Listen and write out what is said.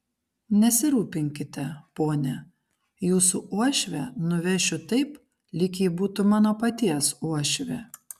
nesirūpinkite pone jūsų uošvę nuvešiu taip lyg ji būtų mano paties uošvė